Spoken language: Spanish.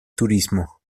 turismo